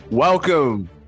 Welcome